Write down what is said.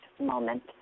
moment